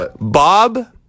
Bob